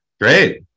Great